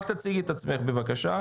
רק תציגי את עצמך בבקשה.